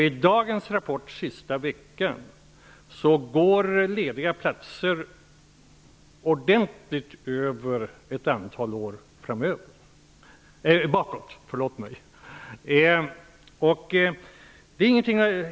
I dagens rapport om den senaste veckan ser vi att antalet lediga platser är ordentligt många fler än de varit ett antal år bakåt.